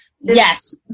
Yes